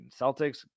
Celtics